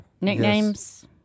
Nicknames